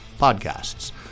podcasts